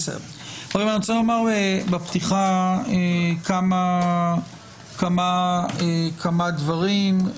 אני רוצה לומר בפתיחה כמה דברים,